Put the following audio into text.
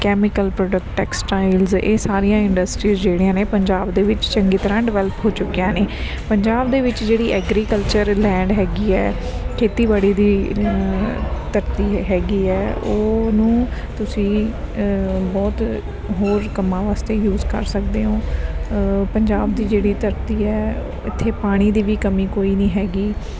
chemical product textile ਇਹ ਸਾਰੀਆਂ industries ਜਿਹੜੀਆਂ ਨੇ ਪੰਜਾਬ ਦੇ ਵਿੱਚ ਚੰਗੀ ਤਰ੍ਹਾਂ ਡਿਵੈਲਪ ਹੋ ਚੁੱਕੀਆਂ ਨੇ ਪੰਜਾਬ ਦੇ ਵਿੱਚ ਜਿਹੜੀ ਐਗਰੀਕਲਚਰ ਲੈਂਡ ਹੈਗੀ ਹੈ ਖੇਤੀਬਾੜੀ ਦੀ ਧਰਤੀ ਹੈਗੀ ਹੈ ਉਹਨੂੰ ਤੁਸੀਂ ਬਹੁਤ ਹੋਰ ਕੰਮਾਂ ਵਾਸਤੇ ਯੂਸ ਕਰ ਸਕਦੇ ਹੋ ਪੰਜਾਬ ਦੀ ਜਿਹੜੀ ਧਰਤੀ ਹੈ ਇੱਥੇ ਪਾਣੀ ਦੀ ਵੀ ਕਮੀ ਕੋਈ ਨਹੀਂ ਹੈਗੀ